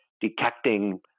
detecting